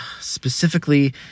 Specifically